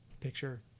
picture